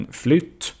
flytt